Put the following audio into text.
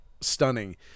stunning